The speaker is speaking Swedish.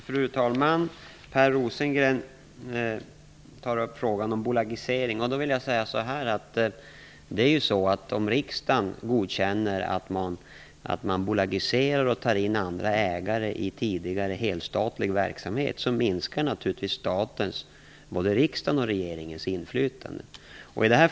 Fru talman! Per Rosengren tar upp frågan om bolagisering. Om riksdagen godkänner att man bolagiserar och tar in andra ägare i tidigare helstatlig verksamhet minskar naturligtvis statens, dvs. riksdagens och regeringens, inflytande.